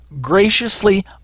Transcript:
graciously